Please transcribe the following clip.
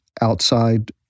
outside